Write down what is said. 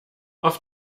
auf